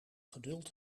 geduld